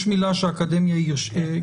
יש מילה שהאקדמיה אישרה.